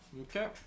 Okay